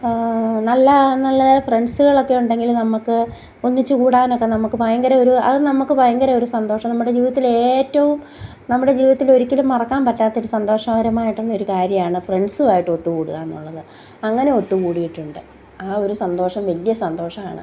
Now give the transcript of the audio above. നല്ല നല്ല ഫ്രണ്ട്സുകളൊക്കെ ഉണ്ടെങ്കിൽ നമുക്ക് ഒന്നിച്ചു കൂടാൻ ഒക്കെ നമുക്ക് ഭയങ്കര ഒരു അത് നമുക്ക് ഭയങ്കര ഒരു സന്തോഷം നമ്മുടെ ജീവിതത്തിലെ ഏറ്റവും നമ്മുടെ ജീവിതത്തിൽ ഒരിക്കലും മറക്കാൻ പറ്റാത്ത ഒരു സന്തോഷകരമായിട്ടുള്ള ഒരു കാര്യമാണ് ഫ്രണ്ട്സുമായിട്ട് ഒത്തുകൂടുക എന്നുള്ളത് അങ്ങനെ ഒത്തുകൂടിയിട്ടുണ്ട് ആ ഒരു സന്തോഷം വലിയ സന്തോഷമാണ്